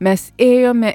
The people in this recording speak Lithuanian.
mes ėjome